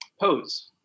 pose